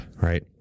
Right